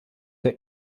der